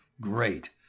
great